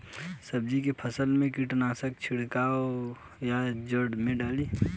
सब्जी के फसल मे कीटनाशक छिड़काई या जड़ मे डाली?